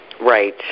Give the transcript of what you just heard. Right